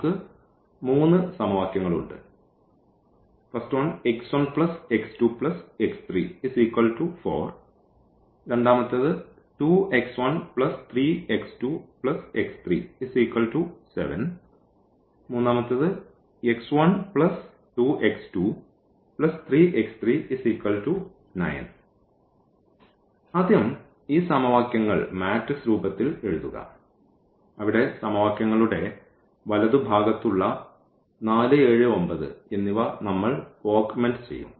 നമുക്ക് മൂന്ന് സമവാക്യങ്ങളുണ്ട് ആദ്യം ഈ സമവാക്യങ്ങൾ മാട്രിക്സ് രൂപത്തിൽ എഴുതുക അവിടെ സമവാക്യങ്ങളുടെ വലതുഭാഗത്തുള്ള 4 7 9 എന്നിവ നമ്മൾ ഓഗ്മെന്റ് ചെയ്യും